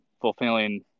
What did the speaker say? fulfilling